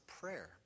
prayer